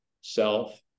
self